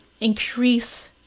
increase